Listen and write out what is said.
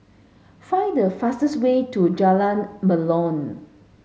find the fastest way to Jalan Melor